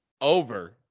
over